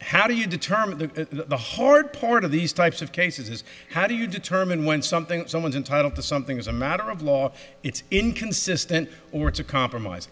how do you determine that the hard part of these types of cases is how do you determine when something someone's entitled to something is a matter of law it's inconsistent or it's a compromise